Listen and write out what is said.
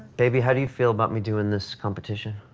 baby, how do you feel about me doing this competition?